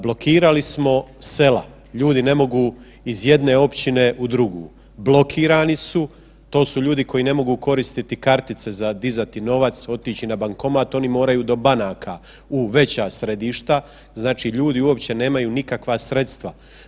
Blokirali smo sela, ljudi ne mogu iz jedne općine u drugu, blokirani su, to su ljudi koji ne mogu koriste kartice za dizati novac, otići na bankomat oni moraju do banaka u veća središta, znači ljudi uopće nemaju nikakva sredstva.